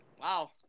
wow